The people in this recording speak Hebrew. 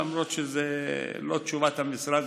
למרות שזאת לא תשובת המשרד,